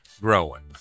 growing